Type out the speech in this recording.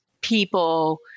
people